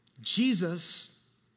Jesus